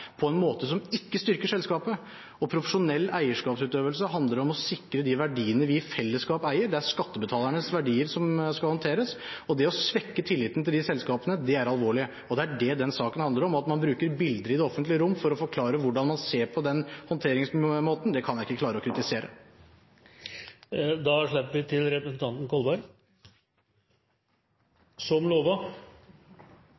på en måte som ikke styrker selskapet. Profesjonell eierskapsutøvelse handler om å sikre de verdiene vi i fellesskap eier. Det er skattebetalernes verdier som skal håndteres, og det å svekke tilliten til de selskapene er alvorlig. Det er det den saken handler om. At man bruker språklige bilder i det offentlige rom for å forklare hvordan man ser på den håndteringsmåten, kan jeg ikke klare å kritisere. Da slipper vi til representanten Kolberg,